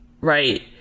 right